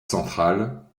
central